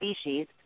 species